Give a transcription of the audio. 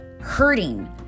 hurting